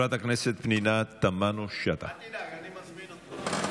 אל תדאג, אני מזמין אותו.